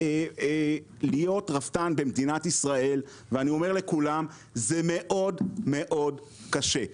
להיות רפתן במדינת ישראל זה מאוד מאוד קשה.